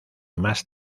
más